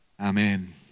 Amen